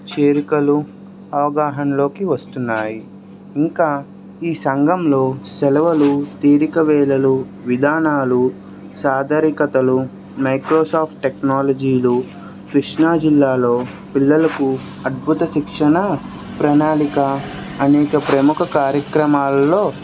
చేరికలు అవగాహనలోకి వస్తున్నాయి ఇంకా ఈ సంఘంలో సెలవులు తీరిక వేళలు విధానాలు సాదరికతలో మైక్రోసాఫ్ట్ టెక్నాలజీలు కృష్ణాజిల్లాలో పిల్లలకు అద్భుత శిక్షణ ప్రణాళిక అనేక ప్రముఖ కార్యక్రమాలలో